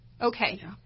Okay